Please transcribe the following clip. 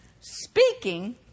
speaking